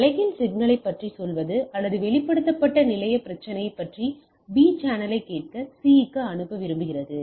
B சேனலைக் கேட்க C க்கு அனுப்ப விரும்புகிறது